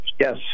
Yes